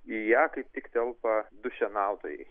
į ją kaip tik telpa du šienautojai